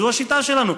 זו השיטה שלנו.